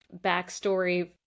backstory